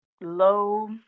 low